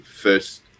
first